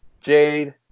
Jade